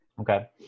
Okay